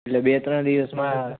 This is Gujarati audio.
એટલે બે ત્રણ દિવસમાં